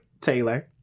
taylor